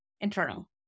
Internal